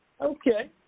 Okay